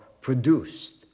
produced